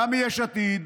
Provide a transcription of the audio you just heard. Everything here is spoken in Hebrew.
גם מיש עתיד,